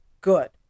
Good